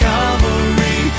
Calvary